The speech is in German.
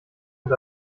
und